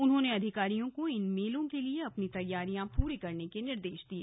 उन्होंने अधिकारियों को इन मेलों के लिए अपनी तैयारियां पूरी करने के निर्देश दिये